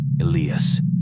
Elias